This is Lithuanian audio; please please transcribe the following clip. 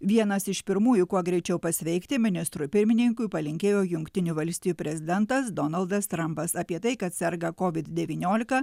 vienas iš pirmųjų kuo greičiau pasveikti ministrui pirmininkui palinkėjo jungtinių valstijų prezidentas donaldas trampas apie tai kad serga covid devyniolika